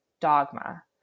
dogma